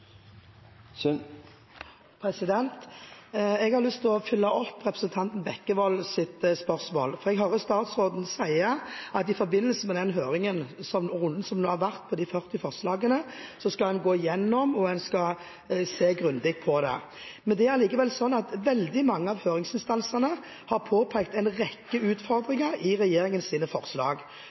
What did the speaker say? til oppfølgingsspørsmål. Jeg har lyst til å følge opp representanten Bekkevolds spørsmål. Jeg hører statsråden si at i forbindelse med den høringsrunden som nå har vært om de 40 forslagene, skal en gå gjennom dette og se grundig på det. Det er allikevel slik at veldig mange av høringsinstansene har påpekt en rekke utfordringer i regjeringens forslag,